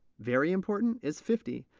very important is fifty.